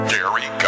Gary